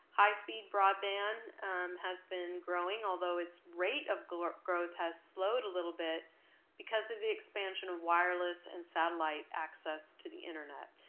high-speed broadband has been growing, although its rate of growth growth has slowed a little bit because of the expansion of wireless and satellite access to the internet.